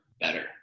better